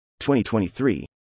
2023